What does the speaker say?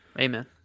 Amen